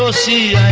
ah c